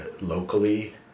locally